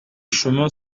chemin